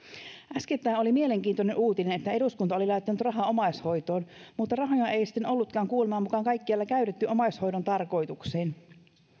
äskettäin oli mielenkiintoinen uutinen että eduskunta oli laittanut rahaa omaishoitoon mutta rahoja ei sitten ollutkaan kuuleman mukaan kaikkialla käytetty omaishoidon tarkoituksiin